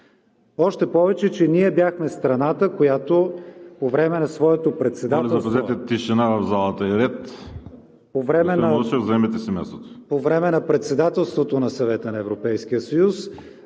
Още повече, че ние бяхме страната, която по време на своето председателство на Съвета на Европейския съюз,